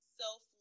self